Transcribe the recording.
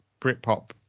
Britpop